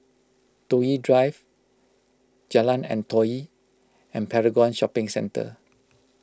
Toh Yi Drive Jalan Antoi and Paragon Shopping Centre